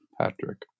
Patrick